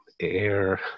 air